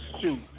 shoot